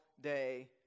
day